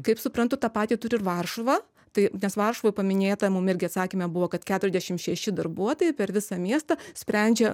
kaip suprantu tą patį turi ir varšuva tai nes varšuvoj paminėta mum irgi atsakyme buvo kad keturiasdešim šeši darbuotojai per visą miestą sprendžia